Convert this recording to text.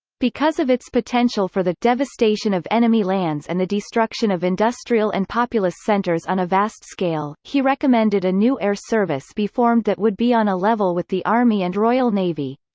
because of its potential for the devastation of enemy lands and the destruction of industrial and populous centres on a vast scale, he recommended a new air service be formed that would be on a level with the army and royal navy.